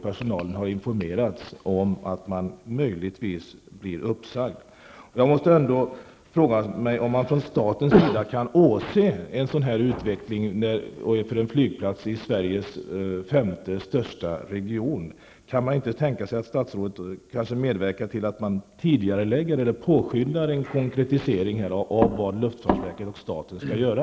Personalen har informerats om att den möjligtvis blir uppsagd. Jag måste fråga mig om man från statens sida kan åse en utveckling av detta slag för en flygplats i Sveriges femte största region. Kan man inte tänka sig att statsrådet medverkar till att man tidigarelägger eller påskyndar en konkretisering av vad luftfartsverket och staten skall göra?